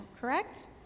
correct